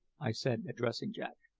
i said, addressing jack.